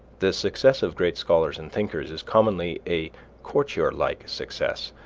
the success of great scholars and thinkers is commonly a courtier-like success,